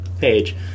page